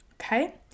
Okay